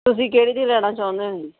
ਤੁਸੀਂ ਕਿਹੜੀ ਦੀ ਲੈਣਾ ਚਾਹੁੰਦੇ ਹੋ ਜੀ